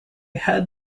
had